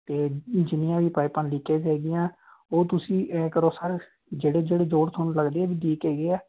ਅਤੇ ਜਿੰਨੀਆਂ ਵੀ ਪਾਈਪਾਂ ਲੀਕੇਜ ਹੈਗੀਆਂ ਉਹ ਤੁਸੀਂ ਐਂਅ ਕਰੋ ਸਰ ਜਿਹੜੇ ਜਿਹੜੇ ਜੋੜ ਤੁਹਾਨੂੰ ਲੱਗਦੇ ਵੀ ਲੀਕ ਹੈਗੇ ਹੈ